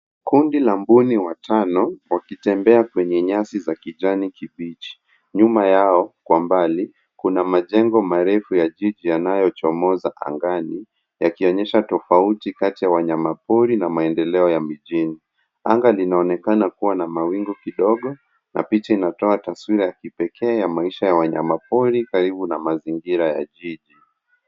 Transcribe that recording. Kundi la mbuni watano wakitembea kwenye nyasi za kijani kibichi, nyuma yao kwa mbali kuna majengo marefu kwa jiji yanayo chomoza angani yakinyesha tofauti kati ya wanyama pori na maendeleo ya mijini. Anga linaonekana kua na mawingu kidogo na picha inatoa taswira ya kipekee ya maisha ya wanyama pori karibu na mazingira ya jiji.